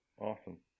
Awesome